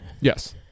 Yes